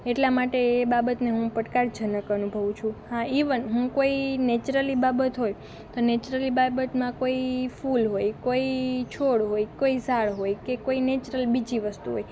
એટલાં માટે એ બાબતને હું પડકારજનક અનુભવું છું હા ઇવન હું કોઈ નેચરલી બાબત હોય તો નેચરલી બાબતમાં કોઈ ફૂલ હોય કોઈ છોડ હોય કોઈ સાળ હોય કે કોઈ નેચરલ બીજી વસ્તુ હોય